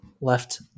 left